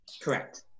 Correct